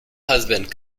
husband